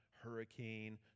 Hurricane